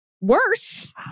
worse